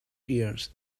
ears